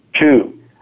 Two